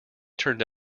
turned